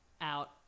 out